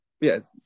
Yes